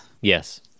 Yes